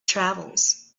travels